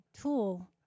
tool